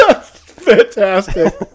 fantastic